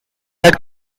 had